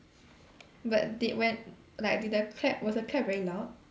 but did whe~ like did the clap was the clap very loud